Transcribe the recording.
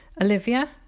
Olivia